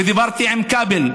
ודיברתי עם כבל,